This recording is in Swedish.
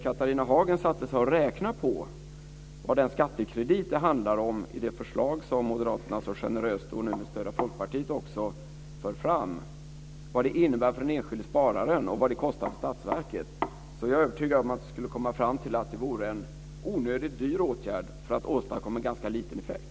Catharina Hagen borde sätta sig och räkna på vad det handlar om när det gäller den skattekredit i det förslag som moderaterna - och nu ställer sig också Folkpartiet bakom - så generöst för fram. Vad innebär den för den enskilde spararen och vad kostar den för statsverket? Jag är övertygad om att Catharina hagen då skulle komma fram till att det vore en onödigt dyr åtgärd för att åstadkomma en ganska liten effekt.